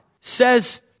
says